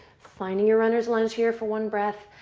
finding your runner's lunge here for one breath,